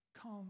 come